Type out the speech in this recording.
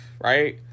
right